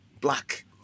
black